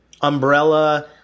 umbrella